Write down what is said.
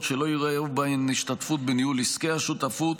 שלא יראו בהן השתתפות בניהול עסקי השותפות,